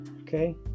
okay